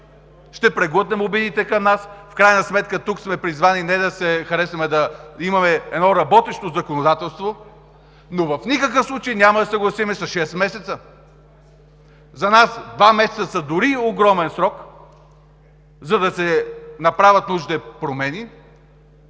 Ще преглътнем обидите към нас. В крайна сметка тук сме призвани не да се харесваме, а да имаме едно работещо законодателство! В никакъв случай няма да се съгласим с шестте месеца. За нас дори два месеца са огромен срок, за да се направят нужните промени,